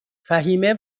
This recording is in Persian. فهمیه